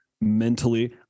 mentally